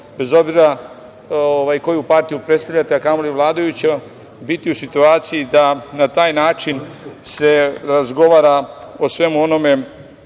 bez obzira koju partiju predstavljate, a kamoli vladajuću, biti u situaciji da na taj način se razgovara o svemu onome